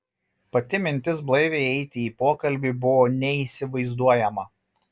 pati mintis blaiviai eiti į pokalbį buvo neįsivaizduojama